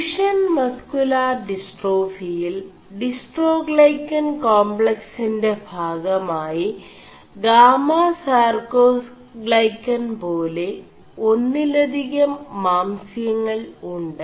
ഡçøഷൻ muscular ഡിസ്േ4ടാഫിയിൽ ഡിസ്േ4ടാൈøകാൻ േകാെfiക്സൻെറ ഭാഗമായി ഗാമസാർേ ാൈø ൻ േപാെല ഒMിലധികം മാംസçÆൾ ഉ്